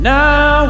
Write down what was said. now